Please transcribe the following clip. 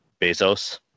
Bezos